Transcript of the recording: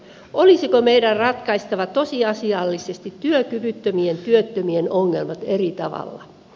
olisiko meidän ratkaistava tosiasiallisesti työkyvyttömien työttömien ongelmat eri tavalla